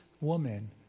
woman